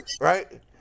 right